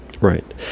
Right